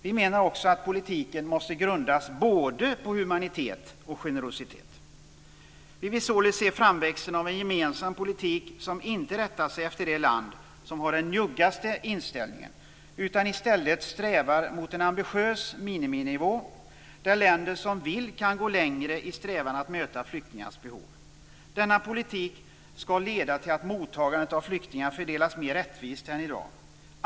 Vi menar också att politiken måste grundas på både humanitet och generositet. Vi vill således se framväxten av en gemensam politik som inte rättar sig efter det land som har den njuggaste inställningen utan i stället strävar mot en ambitiös miniminivå där länder som vill kan gå längre i strävan att möta flyktingars behov. Denna politik ska leda till att mottagandet av flyktingar fördelas mer rättvist än i dag.